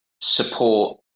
support